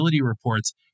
reports